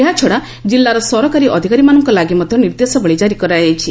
ଏହାଛଡ଼ା ଜିଲ୍ଲାର ସରକାରୀ ଅଧିକାରୀ ମାନଙ୍କ ଲାଗି ମଧ୍ଧ ନିର୍ଦ୍ଦେଶାବଳୀ ଜାରି କରାଯାଇଛି